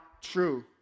true